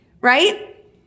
right